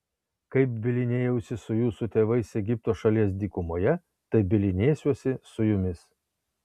kaip bylinėjausi su jūsų tėvais egipto šalies dykumoje taip bylinėsiuosi su jumis